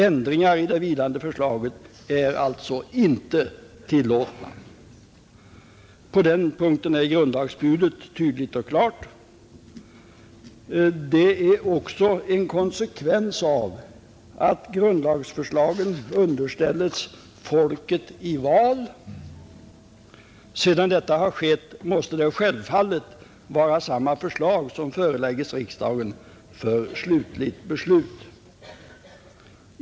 Ändringar i det vilande förslaget är alltså inte tillåtna. På den punkten är grundlagsbudet tydligt och klart. Det är också en konsekvens av att grundlagsförslagen underställes folket i val. Sedan detta skett, måste det självfallet vara samma förslag som förelägges riksdagen för slutgiltigt avgörande.